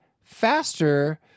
faster